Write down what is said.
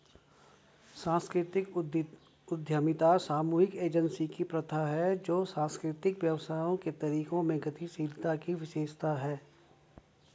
सांस्कृतिक उद्यमिता सामूहिक एजेंसी की प्रथा है जो सांस्कृतिक व्यवसायों के तरीकों में गतिशीलता की विशेषता है